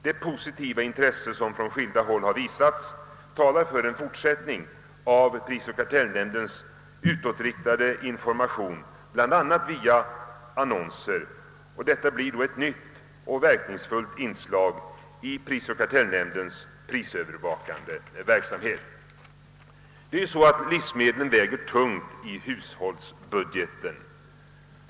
Det positiva intresse som från skilda håll har visats talar för en fortsättning av prisoch kartellnämndens utåtriktade information, bl.a. via annonser, och detta blir då ett nytt och verkningsfullt inslag i nämndens prisövervakande verksamhet. Livsmedlen väger ju tungt i hushållsbudgeten.